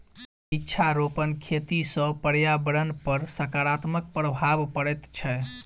वृक्षारोपण खेती सॅ पर्यावरणपर सकारात्मक प्रभाव पड़ैत छै